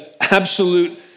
absolute